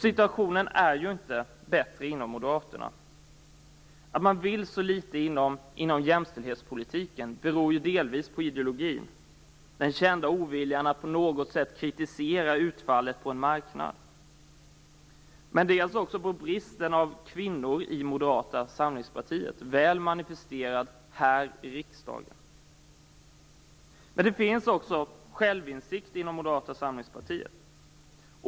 Situationen är inte bättre hos Moderaterna. Att man vill så litet inom jämställdhetspolitiken beror dels på ideologin - den kända oviljan att på något sätt kritisera utfallet på en marknad - dels på bristen på kvinnor inom Moderata samlingspartiet. Den är väl manifesterad här i riksdagen. Det finns dock självinsikt också inom Moderata samlingspartiet.